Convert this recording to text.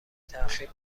تاخیر